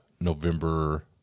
November